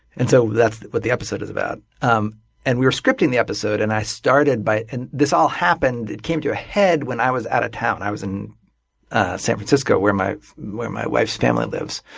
and so that's what the episode is about. um and we were scripting the episode and i started by and this all happened it came to a head when i was out of town. i was in san francisco where my where my wife's family lives.